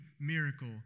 miracle